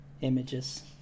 images